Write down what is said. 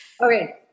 Okay